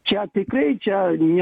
čia tikrai čia ne